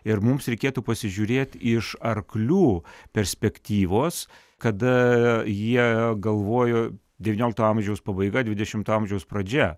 ir mums reikėtų pasižiūrėt iš arklių perspektyvos kada jie galvojo devyniolikto amžiaus pabaiga dvidešimto amžiaus pradžia